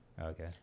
Okay